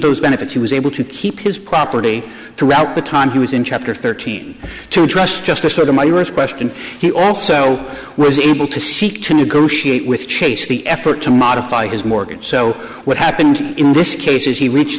those benefits he was able to keep his property throughout the time he was in chapter thirteen to trust just a sort of my us question he also was able to seek to negotiate with chase the effort to modify his mortgage so what happened in this case is he reached